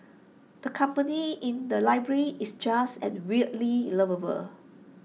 the company in the library is just as weirdly lovable